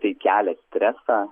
tai kelia stresą